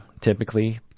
typically